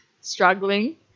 struggling